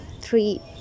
three